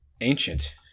Ancient